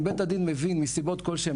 אם בית הדין מבין מסיבות כלשהן,